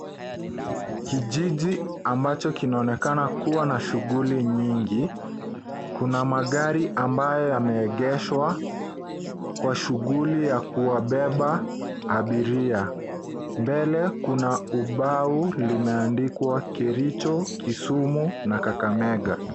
Kijiji ambacho kinaonekana kuwa na shughuli nyingi. Kuna magari ambayo yameegeshwa kwa shughuli ya kuwabeba abiria. Mbele kuna ubao limeandikwa Kericho, Kisumu na Kakamega.